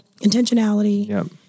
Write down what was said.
intentionality